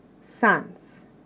sons